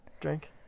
drink